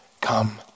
come